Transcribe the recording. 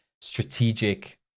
strategic